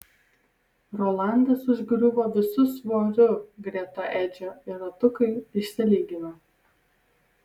rolandas užgriuvo visu svoriu greta edžio ir ratukai išsilygino